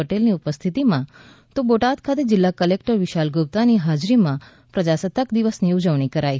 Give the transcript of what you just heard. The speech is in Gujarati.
પટેલની ઉપસ્થિતિમાં તો બોટાદ ખાતે જિલ્લા કલેકટર વિશાલ ગુપ્તાની હાજરીમા પ્રજાસકત્તાક દિવસની ઉજવણી કરાઈ